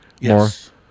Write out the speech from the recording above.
Yes